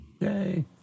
Yay